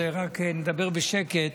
אז נדבר בשקט,